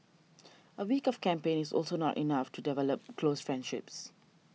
a week of camp is also not enough to develop close friendships